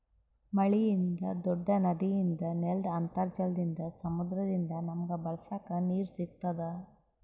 ಮಳಿಯಿಂದ್, ದೂಡ್ಡ ನದಿಯಿಂದ್, ನೆಲ್ದ್ ಅಂತರ್ಜಲದಿಂದ್, ಸಮುದ್ರದಿಂದ್ ನಮಗ್ ಬಳಸಕ್ ನೀರ್ ಸಿಗತ್ತದ್